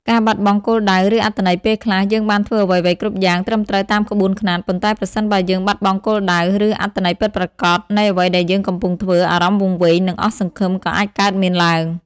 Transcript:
ការបាត់បង់គោលដៅ ឬអត្ថន័យពេលខ្លះ យើងបានធ្វើអ្វីៗគ្រប់យ៉ាងត្រឹមត្រូវតាមក្បួនខ្នាត ប៉ុន្តែប្រសិនបើយើងបាត់បង់គោលដៅ ឬអត្ថន័យពិតប្រាកដនៃអ្វីដែលយើងកំពុងធ្វើ អារម្មណ៍វង្វេង និងអស់សង្ឃឹមក៏អាចកើតមានឡើង។